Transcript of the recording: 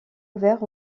ouverts